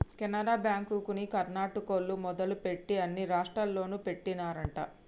కెనరా బ్యాంకుని కర్ణాటకోల్లు మొదలుపెట్టి అన్ని రాష్టాల్లోనూ పెట్టినారంట